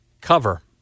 Cover